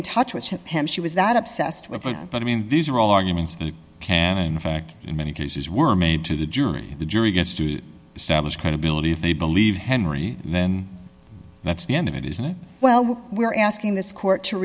in touch with him she was that obsessed with it i mean these are all arguments and in fact in many cases were made to the jury the jury gets to establish credibility if they believe henry then that's the end of it isn't it well what we're asking this court to